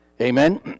amen